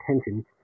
attention